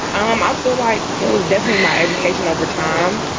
um i feel like it was definitely my education over time.